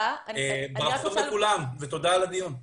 ברכות לכולם ותודה על הדיון.